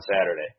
Saturday